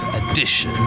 edition